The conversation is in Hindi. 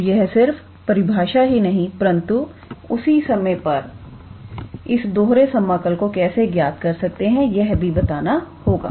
तो यह सिर्फ परिभाषा ही नहीं परंतु उसी समय पर हम इस दोहरे समाकल को कैसे ज्ञात कर सकते हैं यह भी बताना होगा